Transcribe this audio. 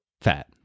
fat